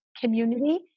community